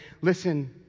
Listen